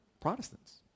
Protestants